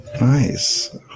Nice